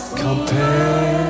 compare